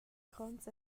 gronds